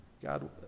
God